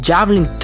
Javelin